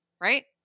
right